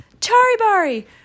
charibari